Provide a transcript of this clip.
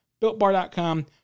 BuiltBar.com